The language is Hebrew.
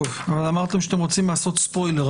אמרתם שאתם רוצים לעשות ספוילר,